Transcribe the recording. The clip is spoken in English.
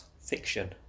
fiction